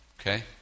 Okay